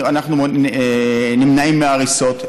אנחנו נמנעים מהריסות,